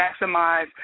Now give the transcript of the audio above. maximize